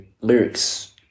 lyrics